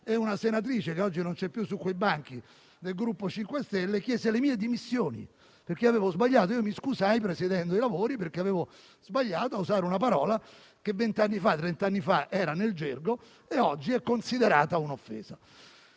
e una senatrice, che oggi non siede più sui banchi del Gruppo MoVimento 5 Stelle, chiese le mie dimissioni, perché avevo sbagliato. Mi scusai, presiedendo i lavori, perché avevo sbagliato a usare una parola che venti o trent'anni fa era nel gergo e oggi è considerata un'offesa.